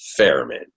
Fairman